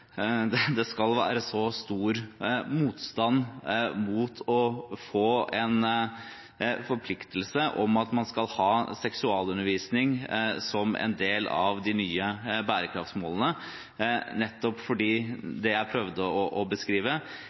at det skal være så stor motstand mot å få en forpliktelse om at man skal ha seksualundervisning som en del av de nye bærekraftsmålene, for, som jeg prøvde å beskrive,